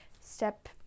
step